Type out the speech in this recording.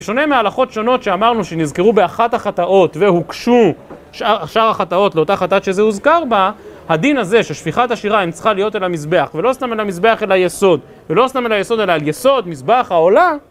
שונה מההלכות שונות שאמרנו שנזכרו באחת החטאות והוקשו שאר החטאות לאותה חטאת שזה הוזכר בה הדין הזה ששפיכת השייריים צריכה להיות אל המזבח ולא סתם אל המזבח אל היסוד ולא סתם אל היסוד אלא על יסוד מזבח העולה